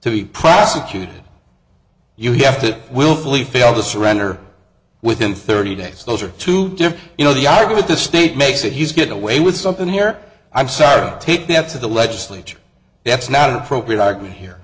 to be prosecuted you have to willfully fail to surrender within thirty days those are two different you know the argument the state makes that he's get away with something here i'm sorry take that to the legislature that's not appropriate argument here